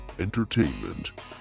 entertainment